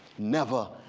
never,